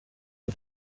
and